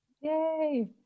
Yay